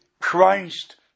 Christ